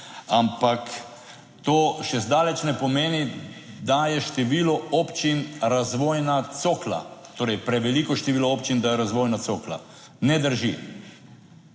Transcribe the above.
ampak to še zdaleč ne pomeni, da je število občin razvojna cokla, torej preveliko število občin, da je razvojna cokla. Ne drži.